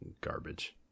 garbage